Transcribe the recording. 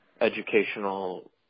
educational